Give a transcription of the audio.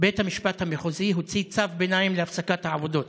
בית המשפט המחוזי הוציא צו ביניים להפסקת העבודות,